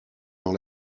dans